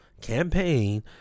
campaign